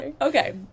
Okay